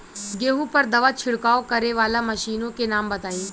गेहूँ पर दवा छिड़काव करेवाला मशीनों के नाम बताई?